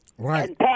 Right